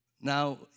Now